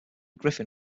griffin